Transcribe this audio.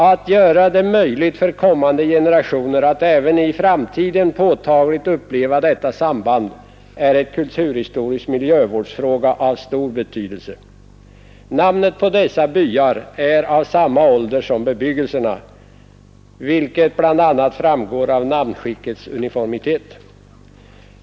Att göra det möjligt för kommande generationer att även i framtiden påtagligt uppleva detta samband är en kulturhistorisk miljövårdsfråga av stor betydelse. Namnen på dessa byar är av samma ålder som bebyggelsen, vilket bl.a. framgår av namnskickets uniformitet.